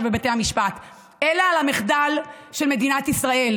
בבתי המשפט אלא על המחדל של מדינת ישראל.